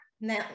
now